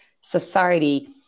society